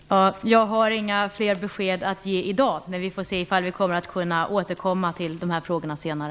Fru talman! Jag har inga fler besked att ge i dag. Vi får se om vi kan återkomma till dessa frågor senare.